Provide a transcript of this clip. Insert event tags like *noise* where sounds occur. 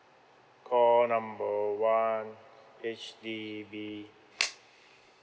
call number one H_D_B *noise*